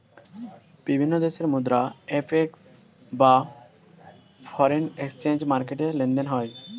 বিভিন্ন দেশের মুদ্রা এফ.এক্স বা ফরেন এক্সচেঞ্জ মার্কেটে লেনদেন হয়